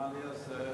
מה אני אעשה?